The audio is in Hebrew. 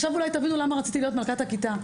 עכשיו אולי תבינו למה רציתי להיות מלכת הכיתה.